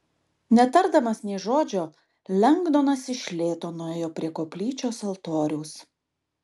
netardamas nė žodžio lengdonas iš lėto nuėjo prie koplyčios altoriaus